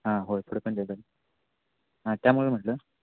हां हो पुढं पण जायचं हां त्यामुळं म्हटलं